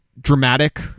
dramatic